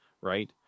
right